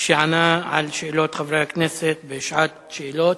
כך שענה על שאלות חברי הכנסת בשעת שאלות.